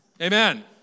Amen